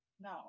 No